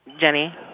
Jenny